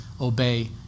obey